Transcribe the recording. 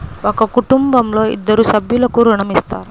ఒక కుటుంబంలో ఇద్దరు సభ్యులకు ఋణం ఇస్తారా?